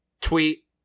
tweet